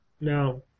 No